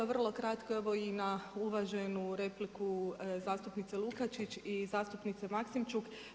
Vrlo kratko evo i na uvaženu repliku zastupnice Lukačić i zastupnice Maksimčuk.